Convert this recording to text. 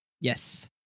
Yes